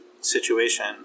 situation